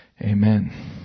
Amen